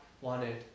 wanted